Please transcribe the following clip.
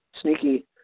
sneaky